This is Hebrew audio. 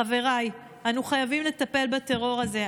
חבריי, אנו חייבים לטפל בטרור הזה.